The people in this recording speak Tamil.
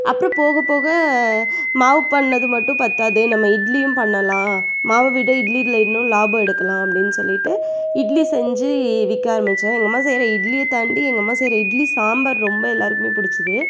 அப்புறம் போகப்போக மாவு பண்ணது மட்டும் பத்தாது நம்ம இட்லியும் பண்ணலாம் மாவை விட இட்லியில இன்னும் லாபம் எடுக்கலாம் அப்படின்னு சொல்லிவிட்டு இட்லி செஞ்சி விற்க ஆரம்பிச்சோம் எங்கள் அம்மா செய்யுற இட்லியை தாண்டி எங்கள் அம்மா செய்யுற இட்லி சாம்பார் ரொம்ப எல்லாருக்குமே பிடிச்சிது